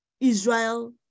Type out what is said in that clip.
Israel